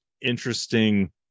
interesting